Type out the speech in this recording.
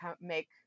make